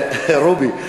רובי,